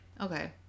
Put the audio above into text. okay